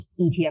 ETF